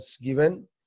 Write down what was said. given